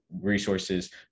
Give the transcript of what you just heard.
resources